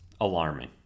alarming